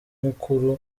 ituma